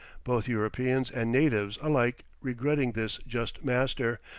both europeans and natives alike regretting this just master,